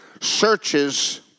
searches